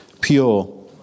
pure